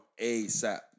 Asap